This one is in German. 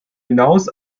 hinaus